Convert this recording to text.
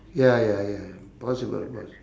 ya ya ya ya possible possible